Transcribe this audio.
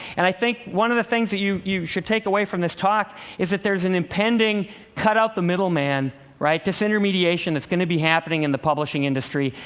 and i think one of the things that you you should take away from this talk is that there's an impending cut-out-the-middle-man disintermediation, that's going to be happening in the publishing industry.